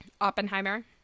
Oppenheimer